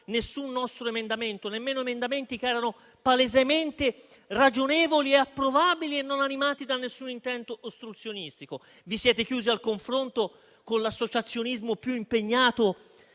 nessun nostro emendamento, nemmeno emendamenti che erano palesemente ragionevoli e approvabili, non animati da alcun intento ostruzionistico. Vi siete chiusi al confronto con l'associazionismo più impegnato